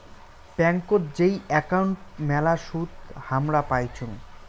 ব্যাংকোত যেই একাউন্ট মেলা সুদ হামরা পাইচুঙ